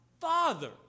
Father